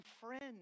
friends